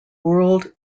world